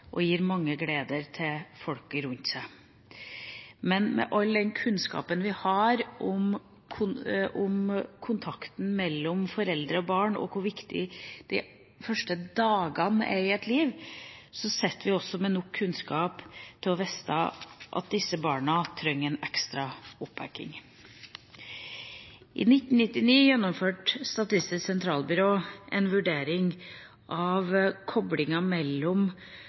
til folk rundt seg. Men med all den kunnskapen vi har om kontakten mellom foreldre og barn og hvor viktig de første dagene er i et liv, sitter vi også med nok kunnskap til å vite at disse barna trenger en ekstra oppbakking. I 1999 gjennomførte Statistisk sentralbyrå en vurdering av koblinga mellom